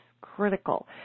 critical